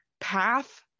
path